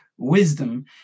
wisdom